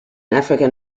african